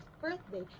birthday